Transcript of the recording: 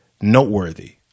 noteworthy